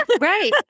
Right